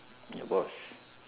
your boss